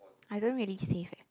I don't really save eh